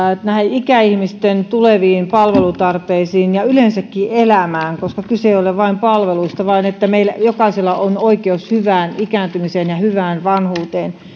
ikäihmisten tuleviin palvelutarpeisiin ja yleensäkin elämään koska kyse ei ole vain palveluista vaan siitä että jokaisella on oikeus hyvään ikääntymiseen ja hyvään vanhuuteen